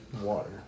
Water